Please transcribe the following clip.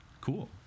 cool